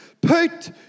Put